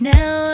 Now